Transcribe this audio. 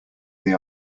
they